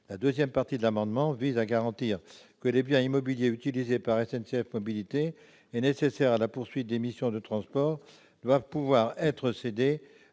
La deuxième partie de l'amendement vise à garantir que les biens immobiliers utilisés par SNCF Mobilités et nécessaires à la poursuite des missions de transport doivent pouvoir être cédés